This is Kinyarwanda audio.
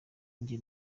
njye